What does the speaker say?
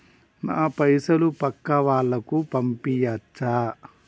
నా పైసలు పక్కా వాళ్ళకు పంపియాచ్చా?